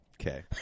Okay